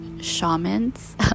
shamans